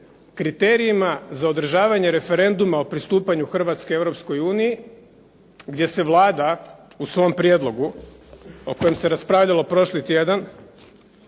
kriterijima o održavanju referenduma o pristupanju Hrvatske Europskoj uniji, gdje se Vlada u svom prijedlogu o kojem se raspravljalo prošli tjedan